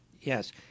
yes